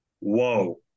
Whoa